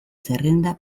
zerrenda